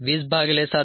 26 ln207